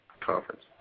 conference